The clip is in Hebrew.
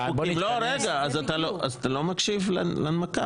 רגע, אתה לא מקשיב להנמקה.